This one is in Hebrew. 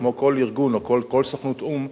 כמו כל ארגון או כמו כל סוכנות או"ם,